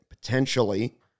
Potentially